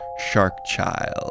sharkchild